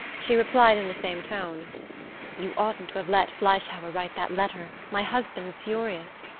she replied in the same tone you oughtn't to have let fleischhauer write that letter. my husband's furious.